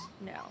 No